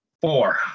four